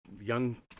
young